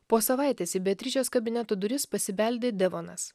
po savaitės į beatričės kabineto duris pasibeldė devonas